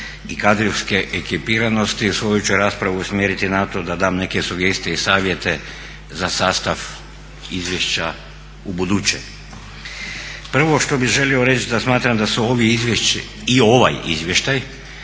i kadrovske ekipiranosti, svoju ću raspravu usmjeriti na to da dam neke sugestije i savjete za sastav izvješća ubuduće. Prvo što bih želio reći da smatram da je i ovaj izvještaj,